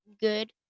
good